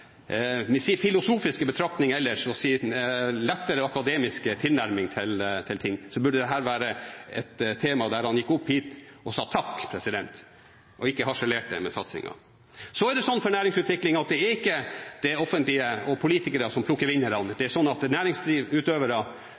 Med sin filosofiske betraktning ellers og sin lettere akademiske tilnærming til ting, burde dette temaet føre til at han gikk opp hit og sa takk, og ikke harselerte med satsinga. Så er det sånn når det gjelder næringsutvikling, at det er ikke det offentlige og politikerne som plukker vinnerne, det er næringslivutøverne som skaper verdier og blir vinnere selv. De